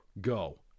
go